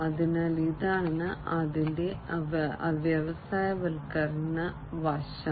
അതിനാൽ ഇതാണ് അതിന്റെ വ്യവസായവൽക്കരണ വശം